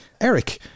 Eric